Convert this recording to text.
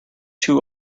too